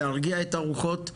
להרגיע את הרוחות,